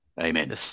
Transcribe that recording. Amen